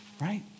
right